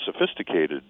sophisticated